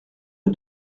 rue